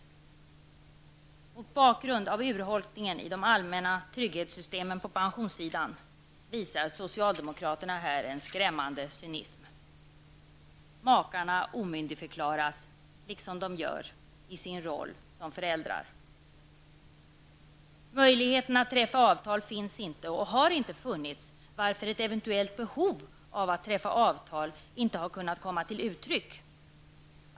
Mot bakgrund av urholkningen i de allmänna trygghetssystemen på pensionssidan visar socialdemokraterna här en skrämmande cynism. Makarna omyndigförklaras här, liksom i sina roller som föräldrar. Möjlighet att träffa avtal finns inte och har inte funnits, varför ett eventuellt behov av att träffa avtal ej har kunnat komma till uttryck.